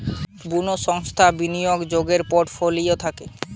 কুনো সংস্থার বিনিয়োগ কোরার পোর্টফোলিও থাকে